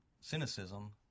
cynicism